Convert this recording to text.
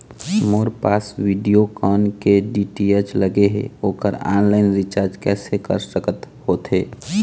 मोर पास वीडियोकॉन के डी.टी.एच लगे हे, ओकर ऑनलाइन रिचार्ज कैसे कर सकत होथे?